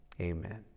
Amen